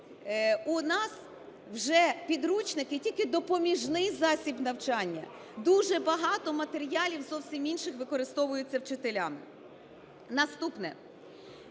у нас вже підручники тільки допоміжний засіб навчання. Дуже багато матеріалів зовсім інших використовується вчителями. Наступне.